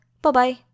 Bye-bye